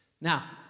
Now